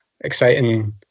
exciting